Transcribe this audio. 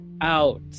out